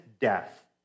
death